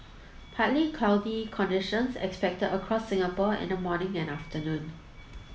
partly cloudy conditions expected across Singapore in the morning and afternoon